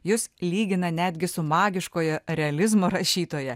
jus lygina netgi su magiškojo realizmo rašytoja